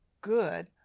good